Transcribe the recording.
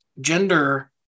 gender